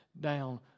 down